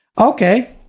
Okay